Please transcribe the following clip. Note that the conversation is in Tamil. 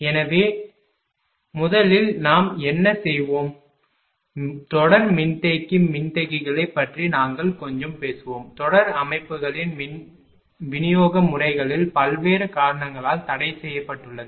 எனவே முதலில் நாம் என்ன செய்வோம் தொடர் மின்தேக்கி மின்தேக்கிகளைப் பற்றி நாங்கள் கொஞ்சம் பேசுவோம் தொடர் அமைப்புகளின் விநியோக முறைகளில் பல்வேறு காரணங்களால் தடைசெய்யப்பட்டுள்ளது